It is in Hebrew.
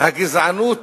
הגזענות